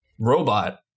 robot